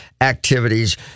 activities